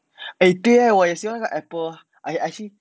eh 对啊我也是喜欢那个 apple I actually